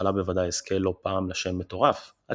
ובהתחלה בוודאי אזכה לא פעם לשם 'מטורף' – עד